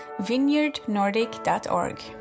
vineyardnordic.org